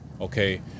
Okay